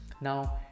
now